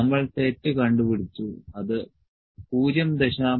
നമ്മൾ തെറ്റ് കണ്ടുപിടിച്ചു അത് 0